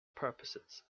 purposes